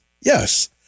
Yes